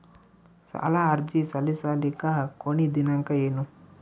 ಸಾಲ ಅರ್ಜಿ ಸಲ್ಲಿಸಲಿಕ ಕೊನಿ ದಿನಾಂಕ ಏನು?